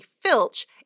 Filch